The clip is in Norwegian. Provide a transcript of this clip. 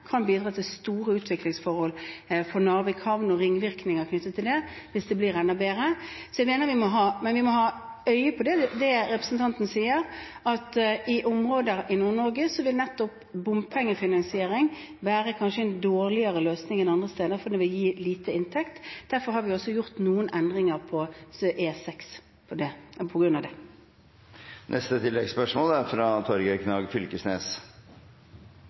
kan bidra til store utviklingsforhold for Narvik Havn, og ringvirkninger knyttet til det, hvis det blir enda bedre. Men vi må ha for øye det som representanten sier, at i områder i Nord-Norge vil nettopp bompengefinansiering kanskje være en dårligere løsning enn andre steder, fordi det vil gi lite inntekt. Derfor har vi også gjort noen endringer på E6 på grunn av det. Torgeir Knag Fylkesnes – til oppfølgingsspørsmål. Eg står her med ei oversikt, ei liste, som viser at det er